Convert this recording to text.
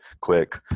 quick